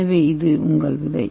எனவே இது உங்கள் விதை